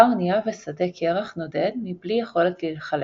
האונייה בשדה קרח נודד מבלי יכולת להיחלץ,